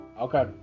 Okay